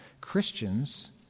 Christians